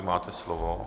Máte slovo.